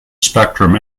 spectrum